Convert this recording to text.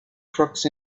crooks